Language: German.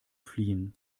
fliehen